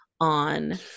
on